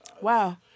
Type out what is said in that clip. Wow